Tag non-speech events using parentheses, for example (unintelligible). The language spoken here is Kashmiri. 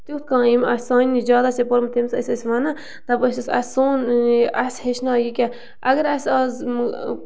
تیُتھ کانٛہہ ییٚ (unintelligible) سانہِ نِش زیادٕ آسہِ ہے پوٚرمُت تٔمِس ٲسۍ أسۍ وَنان دَپان ٲسِس اَسہِ سون یی اَسہِ ہیٚچھناو یہِ کیٛاہ اَگر اَسہِ آز